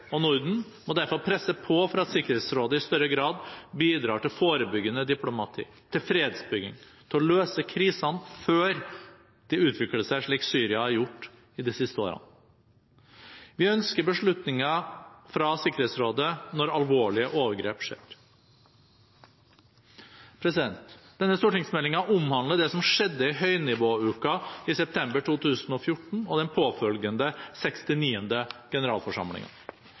og Norden – må derfor presse på for at Sikkerhetsrådet i større grad bidrar til forebyggende diplomati, til fredsbygging, til å løse krisene før de utvikler seg slik Syria har gjort de siste årene. Vi ønsker beslutninger fra Sikkerhetsrådet når alvorlige overgrep skjer. Denne stortingsmeldingen omhandler det som skjedde i høynivåuken i september 2014 og den påfølgende 69. generalforsamlingen.